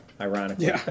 ironically